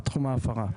תחום ההפרה?